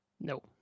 No